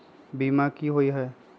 बीमा की होअ हई?